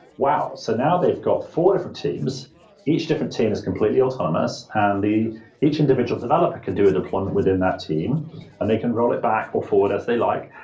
wow, so now they've got four different teams each different team is completely autonomous and the each individual developer can do a deployment within that team and they can roll it back or forward as they like,